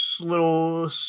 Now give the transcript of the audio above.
little